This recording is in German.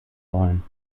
wollen